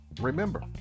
Remember